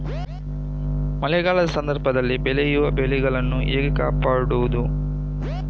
ಮಳೆಗಾಲದ ಸಂದರ್ಭದಲ್ಲಿ ಬೆಳೆಯುವ ಬೆಳೆಗಳನ್ನು ಹೇಗೆ ಕಾಪಾಡೋದು?